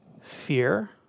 fear